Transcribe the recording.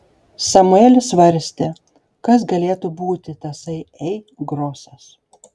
samuelis svarstė kas galėtų būti tasai ei grosas